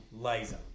Laser